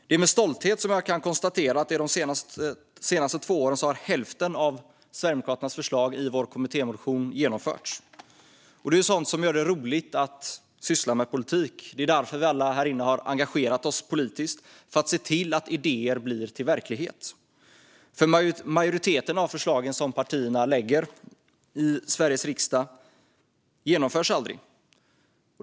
Det är med stolthet jag kan konstatera att under de senaste två åren har hälften av Sverigedemokraternas förslag i vår kommittémotion genomförts. Det är sådant som gör det roligt att syssla med politik. Det är därför vi alla här inne har engagerat oss politiskt, det vill säga se till att idéer blir verklighet. Majoriteten av förslagen som partierna lägger fram i Sveriges riksdag genomförs aldrig.